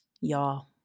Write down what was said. y'all